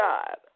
God